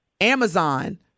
Amazon